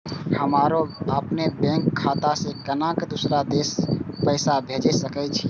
हमरो अपने बैंक खाता से केना दुसरा देश पैसा भेज सके छी?